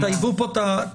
אז תטייבו פה את הניסוח.